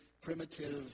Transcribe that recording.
primitive